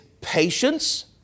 patience